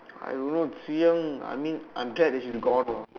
I don't know Zhi-Yang I mean I'm glad that she's gone lah